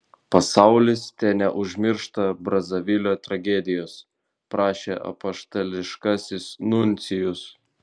pasaulis teneužmiršta brazavilio tragedijos prašė apaštališkasis nuncijus